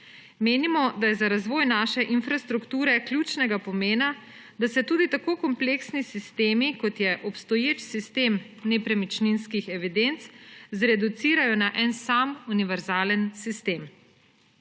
Menimo, da je za razvoj naše infrastrukture ključnega pomena, da se tudi tako kompleksni sistemi, kot je obstoječ sistem nepremičninskih evidenc, zreducirajo na en sam univerzalen sistem.